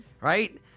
Right